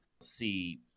see